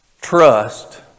Trust